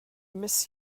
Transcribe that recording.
miss